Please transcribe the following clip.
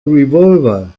revolver